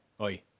oi